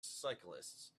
cyclists